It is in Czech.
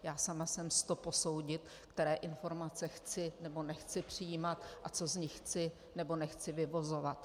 Já sama jsem s to posoudit, které informace chci, nebo nechci přijímat a co z nich chci, nebo nechci vyvozovat.